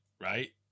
right